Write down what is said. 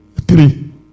three